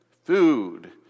Food